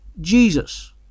Jesus